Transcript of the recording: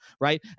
Right